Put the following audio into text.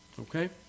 Okay